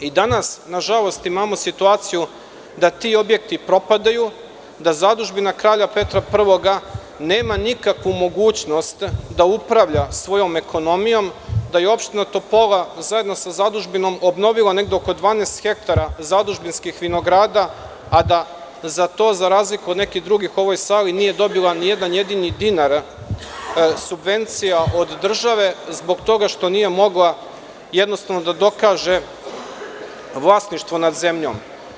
I danas, nažalost, imamo situaciju da ti objekti propadaju, da zadužbina Kralja Petra I nema nikakvu mogućnost da upravlja svojom ekonomijom, da je opština Topola, zajedno sa zadužbinom, obnovila negde oko 12ha zadužbinskih vinograda, a da za to za razliku od nekih drugih u ovoj sali nije dobila ni jedan jedini dinar subvencija od države zbog toga što nije mogla da dokaže vlasništvo nad zemljom.